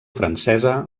francesa